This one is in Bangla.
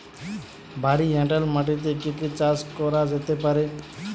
ভারী এঁটেল মাটিতে কি কি চাষ করা যেতে পারে?